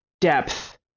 depth